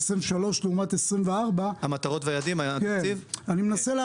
2023 לעומת 2024 --- אתה מדבר על המטרות והיעדים של התקציב?